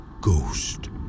ghost